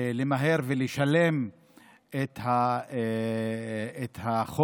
למהר ולשלם את החוב,